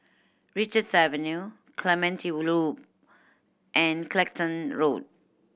Richards Avenue Clementi Loop and Clacton Road